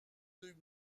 deux